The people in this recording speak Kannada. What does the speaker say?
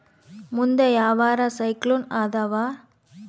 ಮುಂದೆ ಯಾವರ ಸೈಕ್ಲೋನ್ ಅದಾವ?